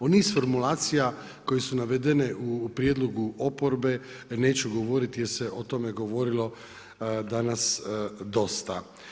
U niz formulacija koje su navedene u prijedlogu oporbe neću govoriti, jer se o tome govorilo danas dosta.